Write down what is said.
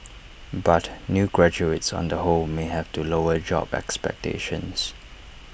but new graduates on the whole may have to lower job expectations